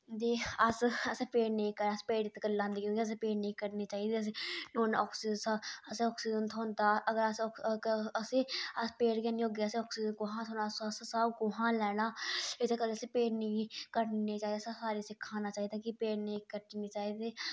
दे अस अस पेड़ नेईं अस पेड़ इस कर लांदे क्युंकी असें पेड़ नेई कट्टने चाहीदे असें उनें शा असेंगी आक्सीजन थ्होंदा अगर अस असें अस पेड़ गै नि होगे आक्सीजन कुत्थुआं थ्होना असें साह् कुत्थुआ लैना एह्दे गल्ला असें पेड़ नेई कट्टने चाहीदे असें सारे सखाना चाहीदा असें पेड़ नेई कट्टने चाहीदे